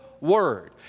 word